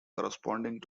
corresponding